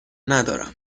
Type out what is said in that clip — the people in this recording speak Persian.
ندارم